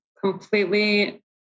completely